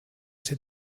ser